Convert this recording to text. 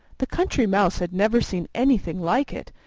the country mouse had never seen anything like it,